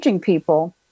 people